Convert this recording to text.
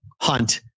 hunt